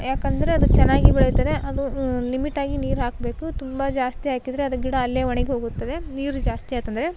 ಯಾಕೆಂದ್ರೆ ಅದು ಚೆನ್ನಾಗಿ ಬೆಳೆಯುತ್ತದೆ ಅದು ಲಿಮಿಟಾಗಿ ನೀರು ಹಾಕಬೇಕು ತುಂಬ ಜಾಸ್ತಿ ಹಾಕಿದರೆ ಅದು ಗಿಡ ಅಲ್ಲೇ ಒಣಗಿ ಹೋಗುತ್ತದೆ ನೀರು ಜಾಸ್ತಿ ಆಯ್ತೆಂದರೆ